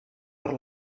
per